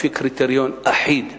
לפי קריטריון אחיד שהוא: